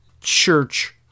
church